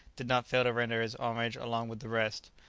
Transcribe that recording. did not fail to render his homage along with the rest.